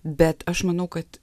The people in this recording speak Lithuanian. bet aš manau kad